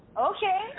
okay